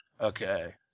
Okay